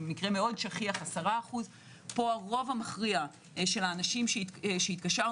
במקרה מאוד שכיח 10%. פה הרוב המכריע של האנשים שהתקשרנו